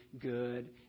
good